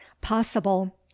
possible